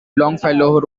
longfellow